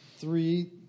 Three